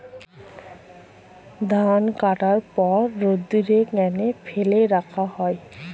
ধান কাটার পর রোদ্দুরে কেন ফেলে রাখা হয়?